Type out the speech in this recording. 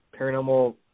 paranormal